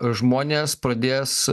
žmonės pradės